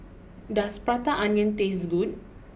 does Prata Onion taste good